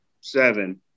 seven